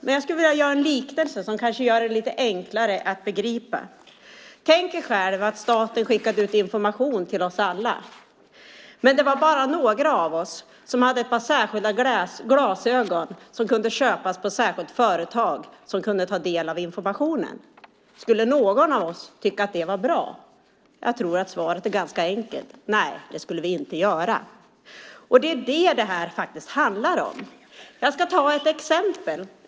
Men jag skulle vilja göra en liknelse som kanske gör det lite enklare att begripa. Tänk er själva att staten skickade ut information till oss alla men att det var bara några av oss som hade särskilda glasögon som kunde köpas på ett särskilt företag som kunde ta del av informationen. Skulle någon av oss tycka att det var bra? Jag tror att svaret är ganska enkelt: Nej, det skulle vi inte göra. Det är det som detta handlar om. Jag ska ta ett exempel.